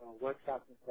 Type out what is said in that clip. workshops